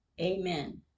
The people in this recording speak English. Amen